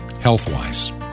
health-wise